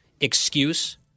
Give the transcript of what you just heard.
excuse